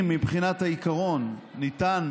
אם מבחינת העיקרון ניתן